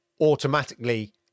automatically